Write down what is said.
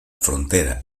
frontera